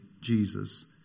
Jesus